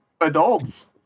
adults